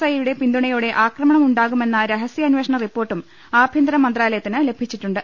ഐയുടെ പിന്തുണയോടെ ആക്രമണം ഉണ്ടാകുമെന്ന രഹസ്യാനേ ഷണ റിപ്പോർട്ടും ആഭ്യന്തര മന്ത്രാലയത്തിന് ലഭിച്ചിട്ടുണ്ട്